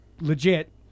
legit